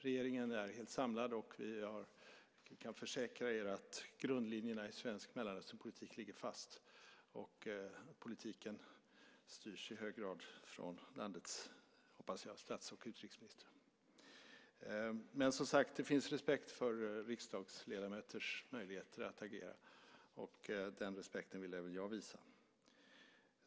Regeringen är helt samlad, och vi kan försäkra er att grundlinjerna i svensk Mellanösternpolitik ligger fast. Och politiken styrs i hög grad från, hoppas jag, landets stats och utrikesministrar. Men det finns respekt för riksdagsledamöters möjligheter att agera. Och den respekten vill även jag visa.